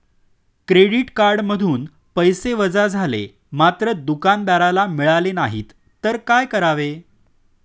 Credit कार्डमधून पैसे वजा झाले मात्र दुकानदाराला मिळाले नाहीत तर काय करावे?